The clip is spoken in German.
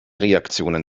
reaktionen